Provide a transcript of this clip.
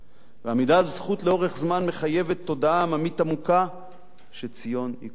עמידה על זכות לאורך זמן מחייבת תודעה עממית עמוקה שציון היא כולה שלנו.